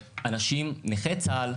אנשים, נכי צה"ל,